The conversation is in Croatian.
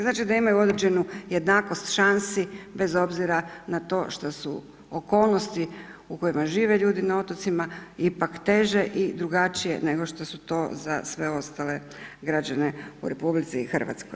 Znači, da imaju određenu jednakost šansi bez obzira na to što su okolnosti u kojima žive ljudi na otocima ipak teže i drugačije nego što su to za sve ostale građane u RH.